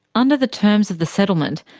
under the terms of the settlement,